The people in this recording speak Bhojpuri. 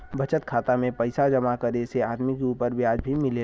बचत खाता में पइसा जमा करे से आदमी के उपर ब्याज भी मिलेला